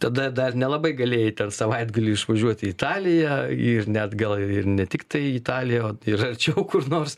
tada dar nelabai galėjai ten savaitgaliui išvažiuot į italiją ir net gal ir ne tiktai italiją o ir arčiau kur nors